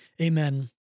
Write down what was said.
amen